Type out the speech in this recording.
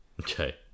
Okay